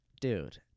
Dude